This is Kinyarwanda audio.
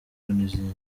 n’izindi